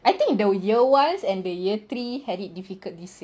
I think the year ones and the year three had it difficult this year